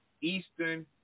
Eastern